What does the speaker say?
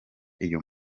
iyo